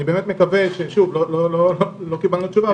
לא קיבלתי תשובה,